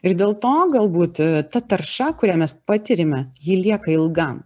ir dėl to galbūt ta tarša kurią mes patiriame ji lieka ilgam